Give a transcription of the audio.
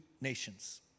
nations